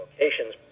locations